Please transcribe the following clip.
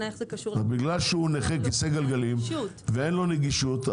בגלל שהוא נכה על כיסא גלגלים ואין לו נגישות,